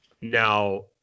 now